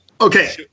Okay